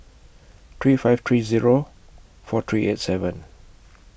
three five three Zero four three eight seven